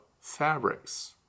fabrics